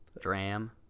dram